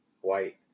white